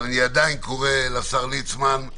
אבל אני עדיין קורא לשר ליצמן,